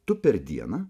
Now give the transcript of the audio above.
tu per dieną